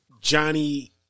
Johnny